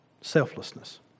Selflessness